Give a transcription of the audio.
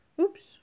Oops